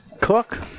cook